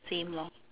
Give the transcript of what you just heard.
same lah